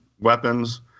weapons